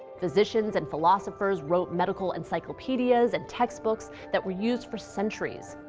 physicians and philosophers wrote medical encyclopedias and textbooks that were used for centuries.